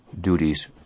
duties